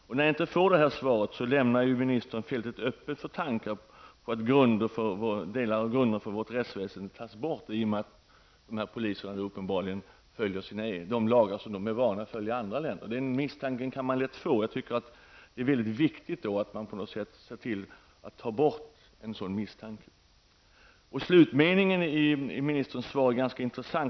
Eftersom jag inte får det svaret, lämnar ministern fältet öppet för tankar på att grunder för vårt rättsväsende skall tas bort i och med att de utländska poliserna följer de lagar som de är vana vid. Man kan lätt få den misstanken. Det är väldigt viktigt att se till att denna misstanke undanröjs. Slutmeningen i ministerns svar är ganska intressant.